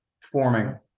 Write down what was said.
Forming